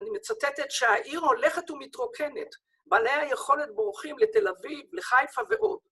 אני מצטטת שהעיר הולכת ומתרוקנת. בעלי היכולת בורחים לתל אביב, לחיפה ועוד.